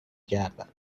کردم